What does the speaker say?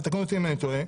ותקנו אותי אם אני טועה,